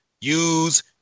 use